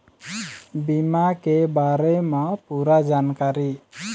बीमा के बारे म पूरा जानकारी?